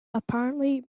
apparently